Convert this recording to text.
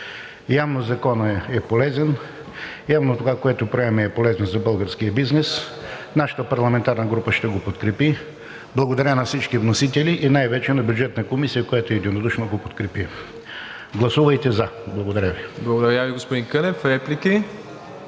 Явно Законът е полезен. Явно това, което правим, е полезно за българския бизнес. Нашата парламентарна група ще го подкрепи. Благодаря на всички вносители и най-вече на Бюджетната комисия, която единодушно го подкрепи. Гласувайте за! Благодаря Ви. ПРЕДСЕДАТЕЛ МИРОСЛАВ ИВАНОВ: Благодаря Ви, господин Кънев. Реплики?